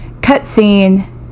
cutscene